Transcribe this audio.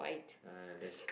uh there's